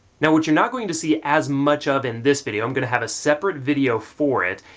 now what you're not going to see as much of in this video i'm going to have a separate video for it,